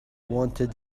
wanted